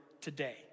today